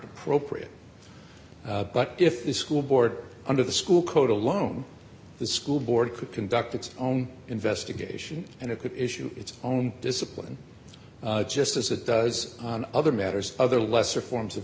appropriate but if it is school board under the school code alone the school board could conduct its own investigation and it could issue its own discipline just as it does on other matters other lesser